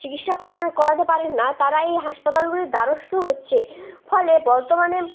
চিকিস্যা করানো করাতে পারেন না তারা এই হাসপাতালগুলির দারস্ত হচ্ছে ফলে বর্তমানে